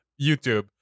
YouTube